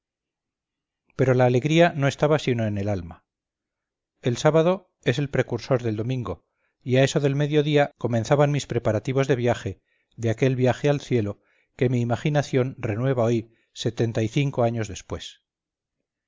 pero la alegría no estaba sino en el alma el sábado es el precursor del domingo y a eso del medio día comenzaban mis preparativos de viaje de aquel viaje al cielo que mi imaginación renueva hoy sesenta y cinco años después